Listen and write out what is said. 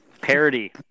Parody